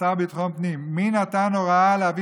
השר לביטחון פנים: מי נתן הוראה להביא